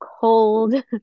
cold